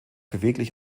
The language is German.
beweglich